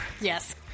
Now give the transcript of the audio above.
Yes